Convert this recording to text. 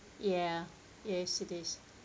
ya yes it is